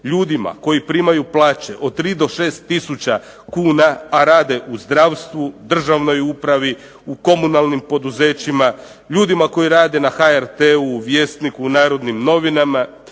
ljudima koji primaju plaće od 3 do 6 tisuća kuna, a rade u zdravstvu, državnoj upravi u komunalnim poduzećima, ljudima koji rade na HRT-u, Vjesniku, Narodnim novinama,